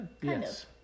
Yes